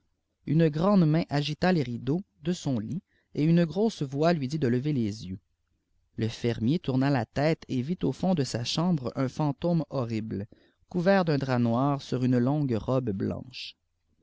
une grande main agita les rideaux de scm lit et une grosse voix lui dit de lever les yeux le fermier tourna tète et vit au fond de sa chambre un fanttoie horrible couvert d'un drajp noir sur une longue robe blanche